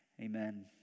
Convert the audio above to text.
Amen